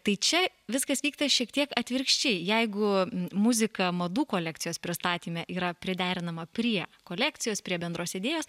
tai čia viskas vyksta šiek tiek atvirkščiai jeigu muzika madų kolekcijos pristatyme yra priderinama prie kolekcijos prie bendros idėjos